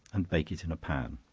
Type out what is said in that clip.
and bake it in a pan.